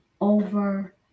over